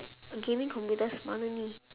gaming computers mana ni